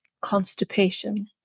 constipation